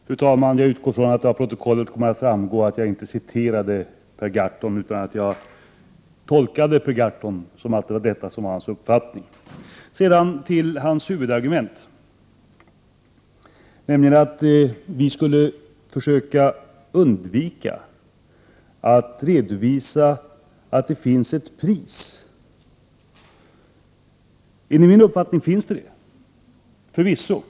Fru talman! Jag utgår från att det av protokollet kommer att framgå att jag inte citerade Per Gahrton utan tolkade honom som att detta var hans uppfattning. Sedan till Per Gahrtons huvudargument, nämligen att vi skulle försöka undvika att redovisa att det finns ett pris. Enligt min uppfattning finns det förvisso det.